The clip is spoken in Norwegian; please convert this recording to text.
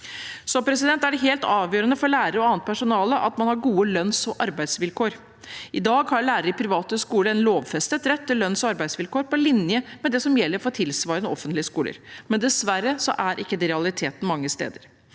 tilbud. Det er helt avgjørende for lærere og annet personale at man har gode lønns- og arbeidsvilkår. I dag har lærere i private skoler en lovfestet rett til lønns- og arbeidsvilkår på linje med det som gjelder for tilsvarende offentlige skoler, men dessverre er ikke det realiteten mange steder.